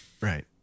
Right